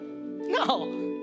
No